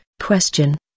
question